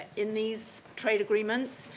in these trade agreements.